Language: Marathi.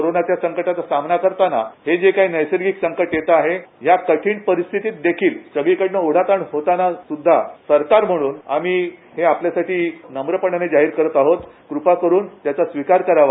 कोरोनाच्या संकटाचा सामना करतांना हे जे काही नैसर्गिक संकट येतं आहे या कठीण परिस्थितीत देखील सगळीकडे ओढाताण होताना सुद्धा सरकार म्हणून आम्ही हे आपल्यासाठी नम्रपणाने जाहीर करत आहोत क्रपा करून याचा स्वीकार करावा